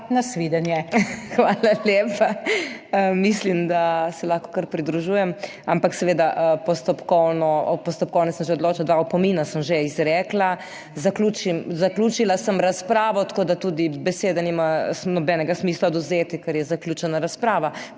MEIRA HOT:** Hvala lepa. Mislim, da se lahko kar pridružujem, ampak seveda, postopkovno, postopkovno sem že odločila, dva opomina sem že izrekla, zaključim, zaključila sem razpravo. Tako, da tudi besede nima nobenega smisla odvzeti, ker je zaključena razprava.